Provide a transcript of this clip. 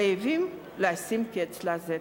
חייבים לשים לזה קץ.